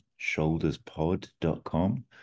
shoulderspod.com